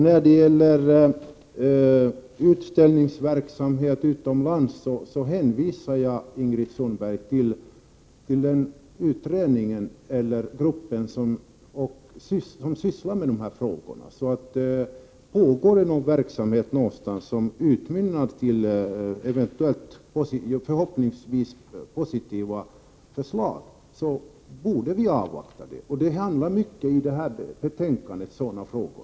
När det gäller utställningsverksamhet utomlands hänvisar jag Ingrid Sundberg till den grupp som sysslar med dessa frågor. Någonstans pågår en verksamhet som kommer att utmynna i förhoppningsvis positiva förslag. Därför borde vi avvakta resultatet av gruppens arbete. Detta betänkande handlar mycket om sådana frågor.